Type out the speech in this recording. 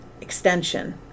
extension